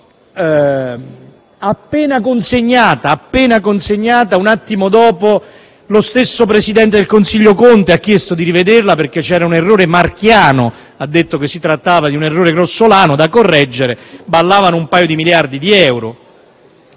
dopo la consegna, lo stesso presidente del Consiglio Conte ha chiesto di rivederla perché c'era un errore marchiano. Ha detto che si trattava di un errore grossolano da correggere: "ballavano" un paio di miliardi di euro.